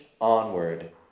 onward